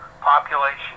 population